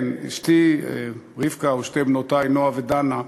כן, אשתי רבקה ושתי בנותי, נועה ודנה,